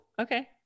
okay